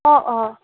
অ অ